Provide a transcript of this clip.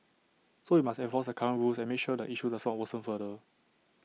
so we must enforce the current rules and make sure the issue does not worsen further